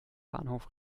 bahnhof